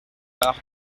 part